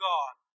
God